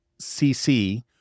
CC